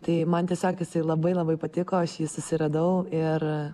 tai man tiesiog jisai labai labai patiko aš jį susiradau ir